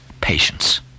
patience